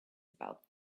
about